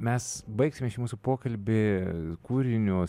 mes baigsime šį mūsų pokalbį kūriniu